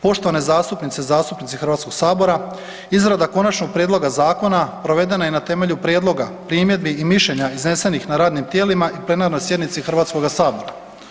Poštovane zastupnice i zastupnici Hrvatskog sabora, izrada konačnog prijedloga zakona provedena je na temelju prijedloga, primjedbi i mišljenja iznesenih na radnim tijelima i plenarnoj sjednici Hrvatskoga sabora.